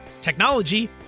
technology